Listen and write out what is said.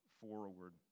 forward